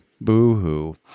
Boo-hoo